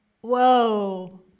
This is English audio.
Whoa